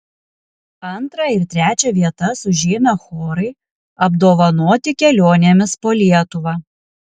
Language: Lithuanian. antrą ir trečią vietas užėmę chorai apdovanoti kelionėmis po lietuvą